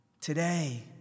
Today